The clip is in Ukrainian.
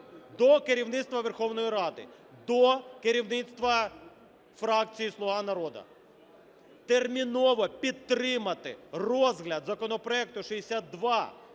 до керівництва Верховної Ради, до керівництва фракції "Слуга народу" терміново підтримати розгляд законопроекту 6245